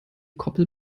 koppel